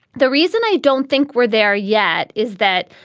the reason i don't think we're there yet is that,